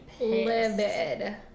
livid